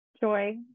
Joy